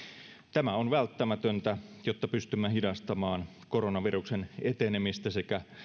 tämä on välttämätöntä jotta pystymme hidastamaan koronaviruksen etenemistä sekä